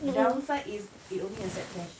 downside is it only accept cash